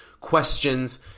questions